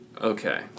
Okay